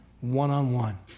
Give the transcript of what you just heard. one-on-one